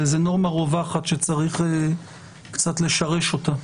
זו נורמה רווחת שצריך קצת לשרש אותה.